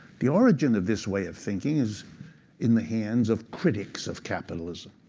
the origin of this way of thinking is in the hands of critics of capitalism.